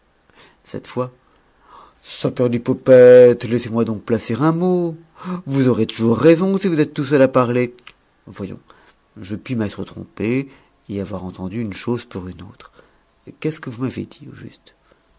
cette fois saperlipopette laissez-moi donc placer un mot vous aurez toujours raison si vous êtes tout seul à parler voyons je puis m'être trompé et avoir entendu une chose pour une autre qu'est-ce que vous m'avez dit au juste